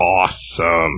awesome